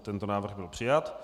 Tento návrh byl přijat.